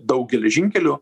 daug geležinkelių